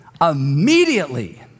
immediately